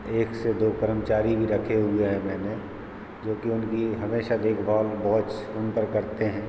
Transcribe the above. एक से दो कर्मचारी भी रखे हुए हैं मैंने जोकि उनकी हमेशा देखभाल वॉच उन पर करते हैं